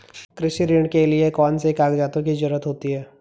कृषि ऋण के लिऐ कौन से कागजातों की जरूरत होती है?